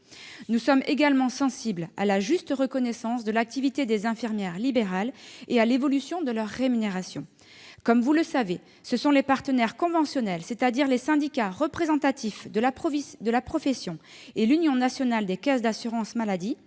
Nous sommes également sensibles à la juste reconnaissance de l'activité des infirmières libérales et à l'évolution de leur rémunération. Comme vous le savez, ce sont les partenaires conventionnels, c'est-à-dire les syndicats représentatifs de la profession et l'Union nationale des caisses d'assurance maladie,